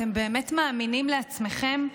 אתם באמת מאמינים לעצמכם?